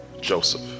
Joseph